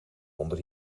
onder